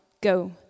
Go